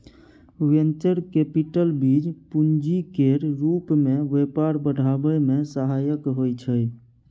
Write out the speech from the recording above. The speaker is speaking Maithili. वेंचर कैपिटल बीज पूंजी केर रूप मे व्यापार बढ़ाबै मे सहायक होइ छै